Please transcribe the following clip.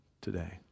today